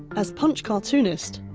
as punch cartoonist,